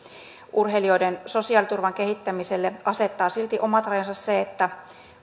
urheilijoiden sosiaaliturvan kehittämiselle asettaa silti omat rajansa se että